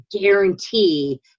guarantee